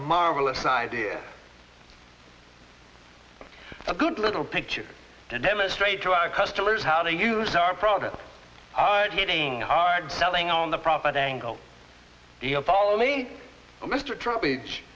marvelous idea a good little picture to demonstrate to our customers how to use our products are hitting hard selling on the profit angle here follow me mr